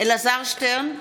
אלעזר שטרן,